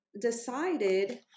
decided